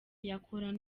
yakorana